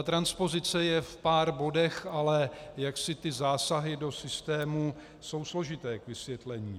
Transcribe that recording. Transpozice je v pár bodech, ale jaksi zásahy do systému jsou složité k vysvětlení.